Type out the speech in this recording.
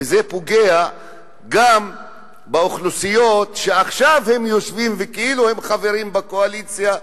וזה פוגע גם באוכלוסיות שעכשיו הם יושבים וכאילו הם חברים בקואליציה,